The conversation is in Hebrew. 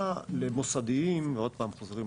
מה למוסדיים, ועוד פעם חוזרים,